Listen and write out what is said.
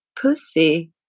pussy